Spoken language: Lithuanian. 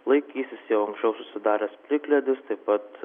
laikysis jau anksčiau susidaręs plikledis taip pat